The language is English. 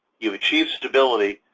you achieve stability,